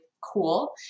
cool